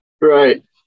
Right